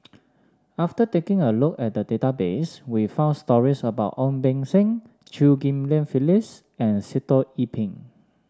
after taking a look at the database we found stories about Ong Beng Seng Chew Ghim Lian Phyllis and Sitoh Yih Pin